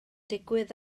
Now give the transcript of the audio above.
digwydd